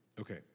Okay